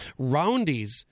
Roundies